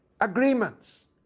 agreements